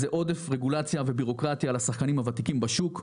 עודף רגולציה ובירוקרטיה על השחקנים הוותיקים בשוק.